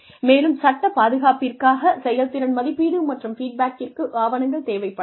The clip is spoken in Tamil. மேலும் சட்டப் பாதுகாப்பிற்காக செயல்திறன் மதிப்பீடு மற்றும் ஃபீட்பேக்கிற்கு ஆவணங்கள் தேவைப்படலாம்